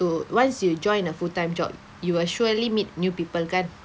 to once you join a full time job you will surely meet new people kan